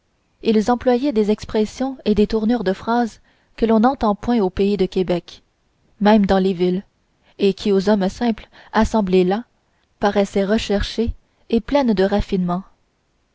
ils employaient des expressions et des tournures de phrases que l'on n'entend point au pays de québec même dans les villes et qui aux hommes simples assemblés là paraissaient recherchées et pleines de raffinement